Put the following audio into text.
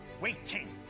waiting